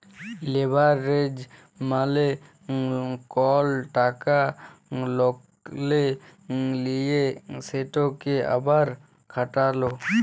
leverage মালে কল টাকা ললে লিঁয়ে সেটকে আবার খাটালো